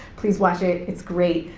please watch it, it's great.